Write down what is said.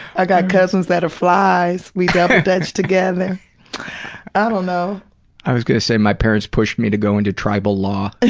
i got cousins that are flies. we double-dutch together. tiffany i dunno. i was gonna say, my parents pushed me to go into tribal law.